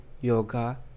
yoga